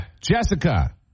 Jessica